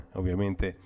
ovviamente